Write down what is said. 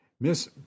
Miss